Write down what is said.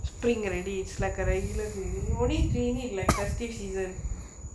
spring already it's like a regular cleaning only cleaning like festive season